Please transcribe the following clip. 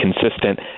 consistent